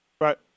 Right